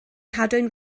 cadwyn